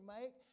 make